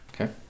Okay